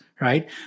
Right